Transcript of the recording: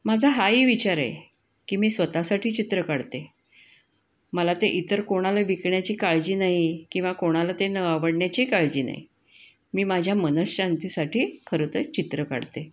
माझा हाही विचार आहे की मी स्वतःसाठी चित्र काढते मला ते इतर कोणाला विकण्याची काळजी नाही किंवा कोणाला ते न आवडण्याची काळजी नाही मी माझ्या मनशांतीसाठी खरंतर चित्र काढते